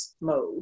mode